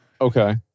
Okay